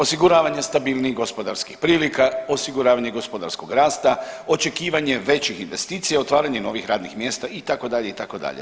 Osiguravanje stabilnijih gospodarskih prilika, osiguravanje gospodarskog rasta, očekivanje većih investicija, otvaranje novih radnih mjesta itd., itd.